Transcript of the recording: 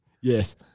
Yes